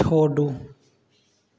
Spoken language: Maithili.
छोड़ू